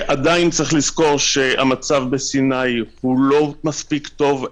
עדיין צריך לזכור שהמצב בסיני לא מספיק טוב.